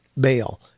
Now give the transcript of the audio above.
bail